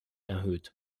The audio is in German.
erhöht